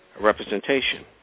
representation